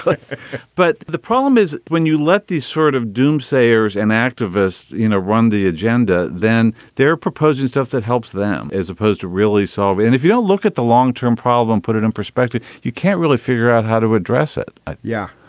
like but the problem is, when you let these sort of doomsayers and activists, you know, run the agenda, then they're proposing stuff that helps them as opposed to really solve it. and if you don't look at the long term problem, put it in perspective, you can't really figure out how to address it yeah,